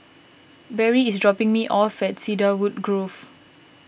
Barrie is dropping me off at Cedarwood Grove